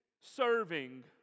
serving